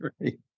right